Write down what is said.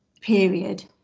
period